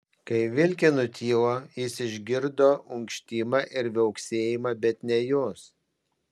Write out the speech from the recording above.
kai vilkė nutilo jis išgirdo unkštimą ir viauksėjimą bet ne jos